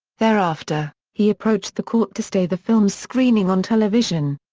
thereafter, he approached the court to stay the film's screening on television.